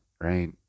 right